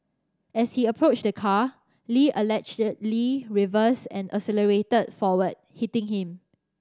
as he approached the car Lee allegedly reversed and accelerated forward hitting him